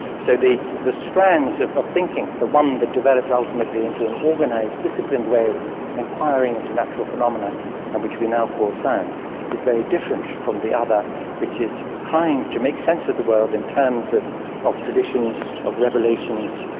so the the strands of of thinking, the one that developed ultimately into an organised disciplined way of enquiring into natural phenomena and which we now call science is very different from the other which is trying to make sense of the world in terms of of traditions, of revelations,